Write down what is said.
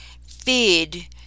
feed